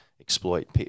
exploit